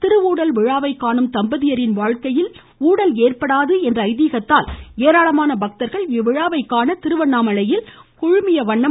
திருவூடல் விழாவைக் காணும் தம்பதியரின் வாழ்க்கையில் உளடல் ஏற்படாது என்ற ஐதீகத்தால் ஏராளமான பக்தர்கள் இவ்விழாவை காண திருவண்ணாமலையில் குழுமியுள்ளன்